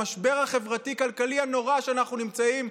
במשבר החברתי-כלכלי הנורא שבו אנחנו נמצאים,